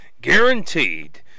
guaranteed